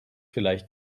vielleicht